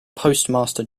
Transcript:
postmaster